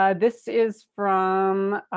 ah this is from. i